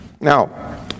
Now